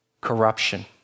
corruption